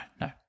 no